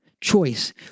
choice